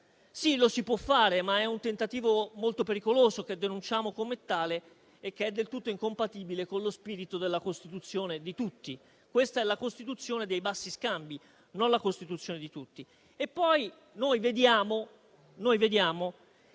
Sì, lo si può fare, ma è un tentativo molto pericoloso che denunciamo come tale e che è del tutto incompatibile con lo spirito della Costituzione di tutti. Questa è la Costituzione dei bassi scambi, non la Costituzione di tutti.